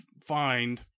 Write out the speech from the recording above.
find